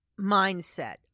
mindset